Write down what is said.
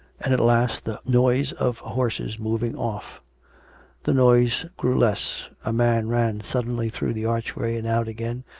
and at last the noise of horses moving off the noise grew less a man ran suddenly through the archway and out again,